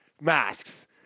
masks